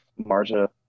Marja